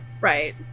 Right